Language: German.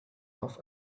auf